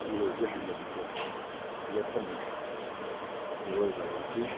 ꯏꯔꯣꯏꯕꯒꯤ ꯍꯩꯅꯕꯤꯁꯦ ꯂꯦꯄꯟꯅꯤꯡꯉꯦ ꯏꯔꯣꯏꯕ ꯍꯥꯏꯕꯁꯤ